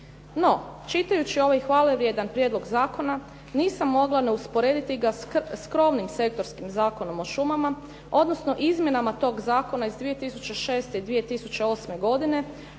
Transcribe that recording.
No, čitajući ovaj hvale vrijedan prijedlog zakona nisam mogla ne usporediti ga skromnim sektorskim Zakonom o šumama odnosno izmjenama tog zakona iz 2006. i 2008. godina